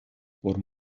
por